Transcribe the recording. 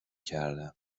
کردم